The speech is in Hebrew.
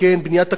שמעתי גם,